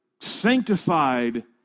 sanctified